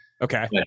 Okay